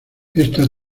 esta